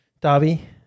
Dobby